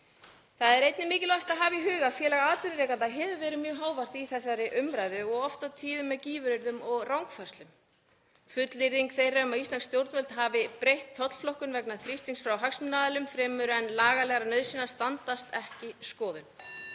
Það er einnig mikilvægt að hafa í huga að Félag atvinnurekenda hefur verið mjög hávært í þessari umræðu og oft og tíðum með gífuryrðum og rangfærslum. Fullyrðing félagsins um að íslensk stjórnvöld hafi breytt tollflokkun vegna þrýstings frá hagsmunaaðilum fremur en lagalegrar nauðsynjar standast ekki skoðun.